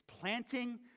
planting